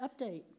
update